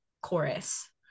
chorus